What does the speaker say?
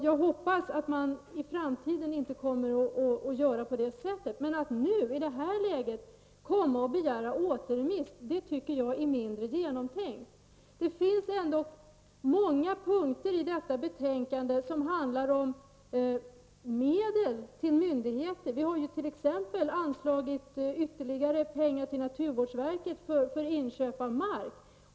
Jag hoppas att det inte kommer att bli så i framtiden. Men att nu i det här läget komma och begära återremiss anser jag vara mindre genomtänkt. Det finns ändock många punkter i detta betänkande som handlar om medel till myndigheter. Vi har t.ex. anslagit ytterligare pengar till naturvårdsverket för inköp av mark.